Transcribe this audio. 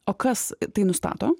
o kas tai nustato